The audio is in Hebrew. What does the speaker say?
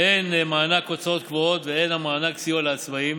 הן מענק הוצאות קבועות והן מענק סיוע לעצמאים,